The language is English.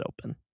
open